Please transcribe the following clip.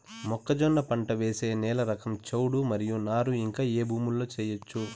మొక్కజొన్న పంట వేసే నేల రకం చౌడు మరియు నారు ఇంకా ఏ భూముల్లో చేయొచ్చు?